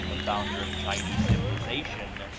the founder of chinese civilization,